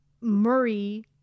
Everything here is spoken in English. Murray